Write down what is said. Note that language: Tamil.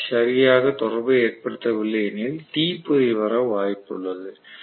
பிரஷ் சரியாக தொடர்பை ஏற்படுத்தவில்லை எனில் தீப்பொறி வர வாய்ப்பு உள்ளது